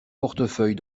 portefeuille